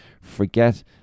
forget